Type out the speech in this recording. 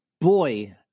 boy